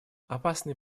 опасный